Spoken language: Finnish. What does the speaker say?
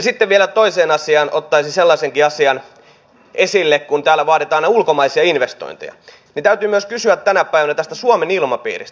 sitten vielä ottaisin sellaisenkin asian esille että kun täällä vaaditaan ulkomaisia investointeja niin täytyy myös kysyä tänä päivänä tästä suomen ilmapiiristä